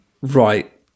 right